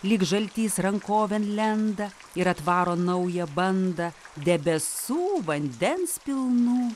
lyg žaltys rankovėn lenda ir atvaro naują bandą debesų vandens pilnų